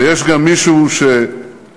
ויש גם מישהו שמאשים,